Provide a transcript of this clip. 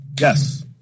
Yes